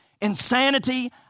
insanity